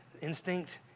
instinct